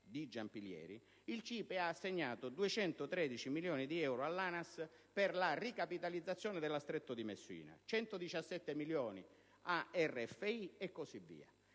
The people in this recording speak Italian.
di Giampilieri, il CIPE ha assegnato 213 milioni di euro all'ANAS per la ricapitalizzazione della società Stretto di Messina spa e 117 milioni a RFI.